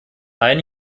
ein